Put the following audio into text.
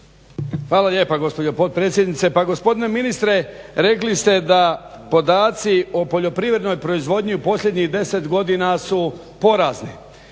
Hvala lijepo gospođo potpredsjednice. Pa gospodine ministre rekli ste da podaci o poljoprivrednoj proizvodnji posljednjih 10 godina su porazni.